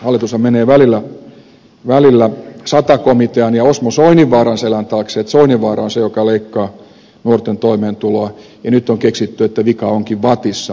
hallitushan menee välillä sata komitean ja osmo soininvaaran selän taakse että soininvaara on se joka leikkaa nuorten toimeentuloa ja nyt on keksitty että vika onkin vattissa